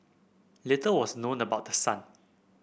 little was known about the son